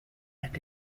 and